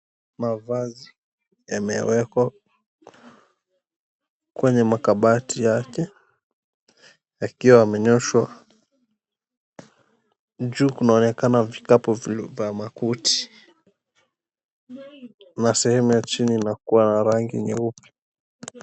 Mavazi yamewekwa kwenye makabati yake, yakiwa yamenyoshwa. Juu imeonyesha sehemu ya makoti na sehemu ya chini inakua na rangi nmyeupe.